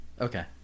Okay